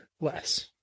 less